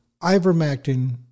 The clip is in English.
ivermectin